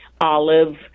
olive